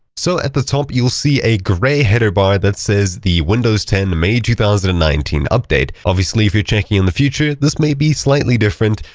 so, at the top you'll see a grey header bar that says the windows ten may two thousand and nineteen update. obviously, if you're checking in the future, this may be slightly different,